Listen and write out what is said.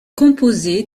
composée